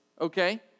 okay